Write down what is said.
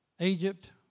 Egypt